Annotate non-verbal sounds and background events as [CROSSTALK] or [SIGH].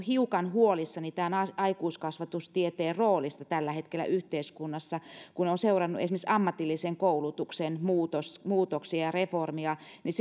[UNINTELLIGIBLE] hiukan huolissani aikuiskasvatustieteen roolista tällä hetkellä yhteiskunnassa kun olen seurannut esimerkiksi ammatillisen koulutuksen muutoksia ja reformia niin [UNINTELLIGIBLE]